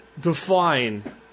define